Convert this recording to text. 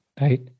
Right